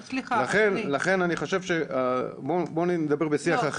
לכן אני חושב שבואו נדבר בשיח אחר,